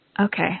Okay